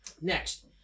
next